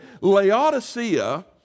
Laodicea